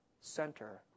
center